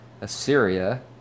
Assyria